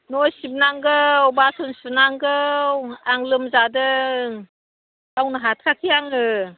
न' सिबनांगौ बासोन सुनांगौ आं लोमजादों मावनो हाथाराखै आङो